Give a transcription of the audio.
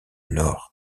nord